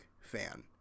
fan